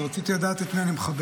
אז רצית לדעת את מי אני מכבד,